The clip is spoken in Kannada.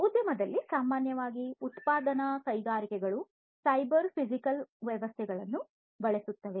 ಉದ್ಯಮದಲ್ಲಿ ಸಾಮಾನ್ಯವಾಗಿ ಉತ್ಪಾದನಾ ಕೈಗಾರಿಕೆಗಳು ಸೈಬರ್ ಫಿಸಿಕಲ್ ವ್ಯವಸ್ಥೆಗಳನ್ನು ಬಳಸುತ್ತವೆ